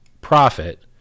profit